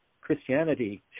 Christianity